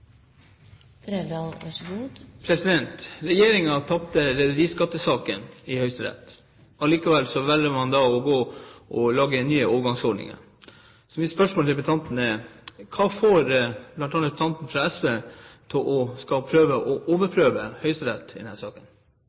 ny overgangsordning. Så mitt spørsmål til representanten er: Hva får bl.a. representanten fra SV til å prøve å overprøve Høyesterett i denne saken? Det vi her